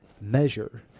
measure